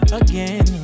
again